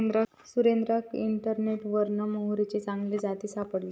सुरेंद्राक इंटरनेटवरना मोहरीचे चांगले जाती सापडले